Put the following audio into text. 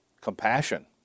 Compassion